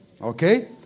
Okay